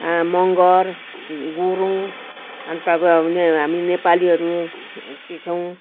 मगर गुरुङ अन्त अब हामी नेपालीहरू के थियौँ